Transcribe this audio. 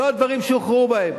לא על דברים שהוכרע בהם.